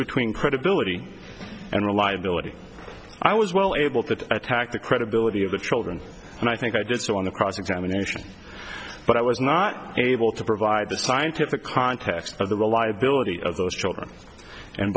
between credibility and reliability i was well able to attack the credibility of the children and i think i did so on the cross examination but i was not able to provide the scientific context of the reliability of those children and